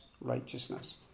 righteousness